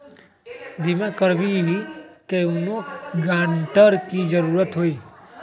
बिमा करबी कैउनो गारंटर की जरूरत होई?